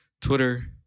Twitter